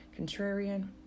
contrarian